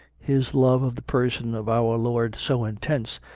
his love of the person of our lord so intense,